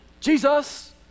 Jesus